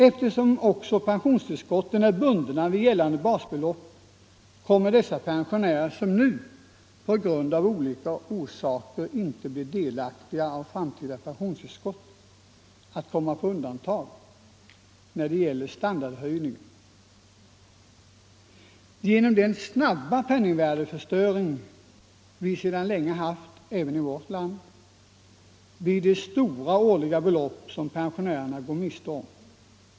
Eftersom också pensionstillskotten är bundna vid gällande basbelopp kommer de pensionärer som nu på grund av olika orsaker inte blir delaktiga av framtida pensionstillskott att komma på undantag när det gäller standardhöjningen. Genom den snabba penningvärdeförstöring som vi länge haft i vårt land blir det stora årliga belopp som pensionärerna går miste om.